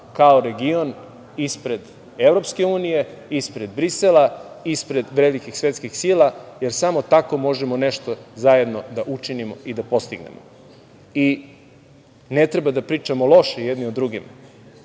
kao region ispred EU, ispred Brisela, ispred velikih svetskih sila, jer samo tako možemo nešto zajedno da učinimo i da postignemo. I ne treba da pričamo loše jedni o drugima,